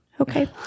okay